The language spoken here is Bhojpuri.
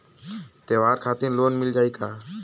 त्योहार खातिर लोन मिल जाई का?